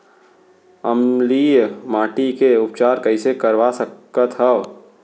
अम्लीय माटी के उपचार कइसे करवा सकत हव?